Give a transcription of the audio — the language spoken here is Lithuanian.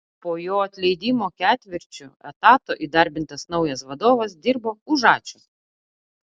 po jo atleidimo ketvirčiu etato įdarbintas naujas vadovas dirbo už ačiū